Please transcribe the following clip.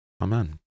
Amen